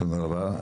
תודה רבה,